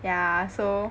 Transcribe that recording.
yeah so